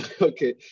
Okay